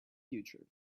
future